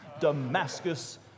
Damascus